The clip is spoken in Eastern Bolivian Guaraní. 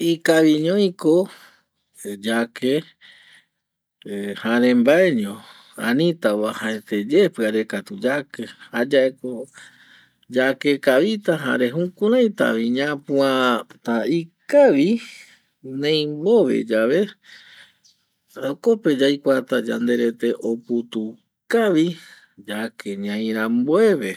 Ikaviñoi ko yake jarembaeño anita piare katu yake jayae ko yake kavita jare jukurata vi ñapuata ikavi neimbove yave jokope yaikuata yanderete oputu kavi yake ñai rambueve